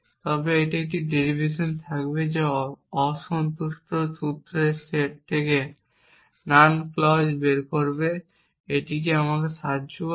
তবে এটি একটি ডেরিভেশন থাকবে যা অসন্তুষ্ট সূত্রের সেট থেকে নাল ক্লজটি বের করবে এটি কি আমাদের সাহায্য করবে